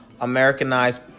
Americanized